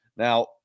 Now